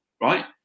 Right